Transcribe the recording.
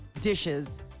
dishes